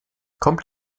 kommt